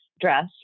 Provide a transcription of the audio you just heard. dress